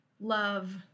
love